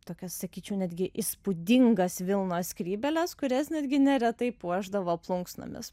tokias sakyčiau netgi įspūdingas vilnos skrybėles kurias netgi neretai puošdavo plunksnomis